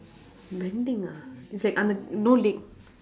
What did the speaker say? bending ah it's like on una~ leg